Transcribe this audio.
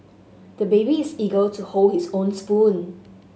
the baby is eager to hold his own spoon